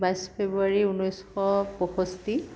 বাইছ ফেব্ৰুৱাৰী ঊনৈছশ পয়ষষ্ঠি